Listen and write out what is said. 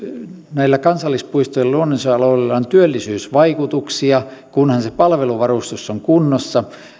näillä kansallispuistoilla ja luonnonsuojelualueilla on työllisyysvaikutuksia kunhan se palveluvarustus on kunnossa